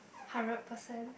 hundred percent